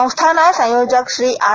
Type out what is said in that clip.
સંસ્થાના સંયોજક શ્રી આર